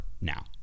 now